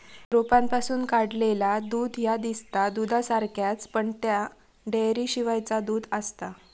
रोपांपासून काढलेला दूध ह्या दिसता दुधासारख्याच, पण ता डेअरीशिवायचा दूध आसता